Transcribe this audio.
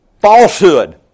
Falsehood